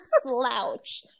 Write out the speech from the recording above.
slouch